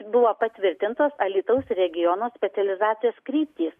buvo patvirtintos alytaus regiono specializacijos kryptys